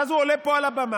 ואז הוא עולה פה על הבמה